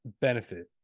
benefit